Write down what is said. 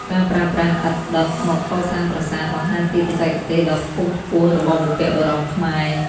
ការប្រើប្រាស់ឥដ្ឋដុតមកកសាងប្រាសាទ បង្ហាញពីបច្ចេកទេសដ៏ខ្ពង់ខ្ពស់របស់បុព្វបុរសខ្មែរ។